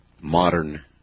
modern